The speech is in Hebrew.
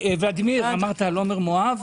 ולדימיר, אמרת על עמר מואב?